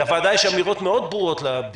לוועדה יש אמירות ברורות מאוד לגבי הבדיקות.